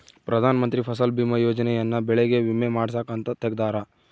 ಪ್ರಧಾನ ಮಂತ್ರಿ ಫಸಲ್ ಬಿಮಾ ಯೋಜನೆ ಯನ್ನ ಬೆಳೆಗೆ ವಿಮೆ ಮಾಡ್ಸಾಕ್ ಅಂತ ತೆಗ್ದಾರ